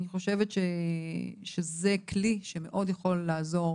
אני חושבת שזה כלי שמאוד יכול לעזור